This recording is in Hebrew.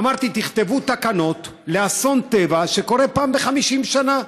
אמרתי: תכתבו תקנות לאסון טבע שקורה פעם ב-50 שנה,